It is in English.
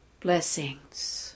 Blessings